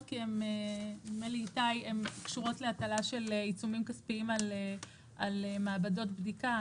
כי הן קשורות להטלה של עיצומים כספיים על מעבדות בדיקה,